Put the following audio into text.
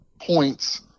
points